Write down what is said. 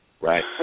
Right